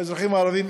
האזרחים הערבים,